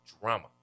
drama